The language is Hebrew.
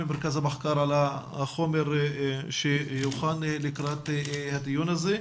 ממרכז המחקר על החומר שהוכן לקראת הדיון הזה,